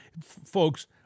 folks